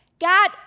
God